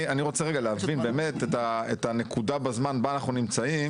אני רוצה רגע להבין באמת את הנקודה בזמן בה אנחנו נמצאים,